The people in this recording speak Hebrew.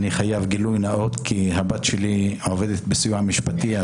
אני חייב גילוי נאות כי הבת שלי עובדת בסיוע המשפטי,